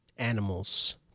animals